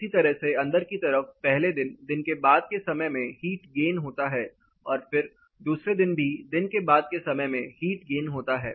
इसी तरह से अंदर की तरफ पहले दिन दिन के बाद के समय में हीट गेन होता है और फिर दूसरे दिन भी दिन के बाद के समय में हीट गेन होता है